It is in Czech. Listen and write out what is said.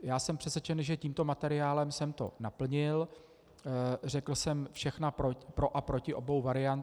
Já jsem přesvědčen, že tímto materiálem jsem to naplnil, řekl jsem všechna pro a proti obou variant.